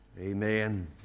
Amen